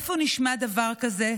איפה נשמע דבר כזה,